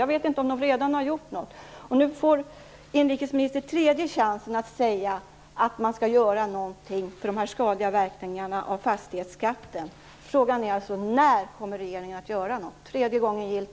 Jag vet inte om de redan har gjort något. Nu får inrikesministern en tredje chans att säga att man skall göra någonting mot de skadliga verkningarna av fastighetsskatten. Frågan är alltså: När kommer regeringen att göra något? Tredje gången gillt!